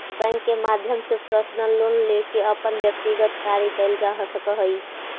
bank के माध्यम से पर्सनल लोन लेके अपन व्यक्तिगत कार्य कैल जा सकऽ हइ